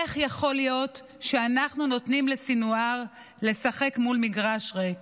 איך יכול להיות שאנחנו נותנים לסנוואר לשחק מול מגרש ריק?